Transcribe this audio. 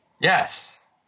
Yes